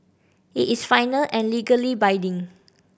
it is final and legally binding